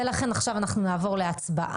לכן עכשיו אנחנו נעבור להצבעה.